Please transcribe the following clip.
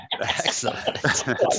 Excellent